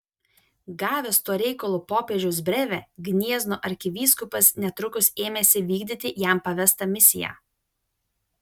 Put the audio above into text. gavęs tuo reikalu popiežiaus brevę gniezno arkivyskupas netrukus ėmėsi vykdyti jam pavestą misiją